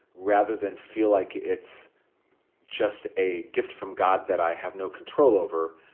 rather than feel like it's just a gift from god that i have no control over,